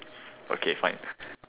okay fine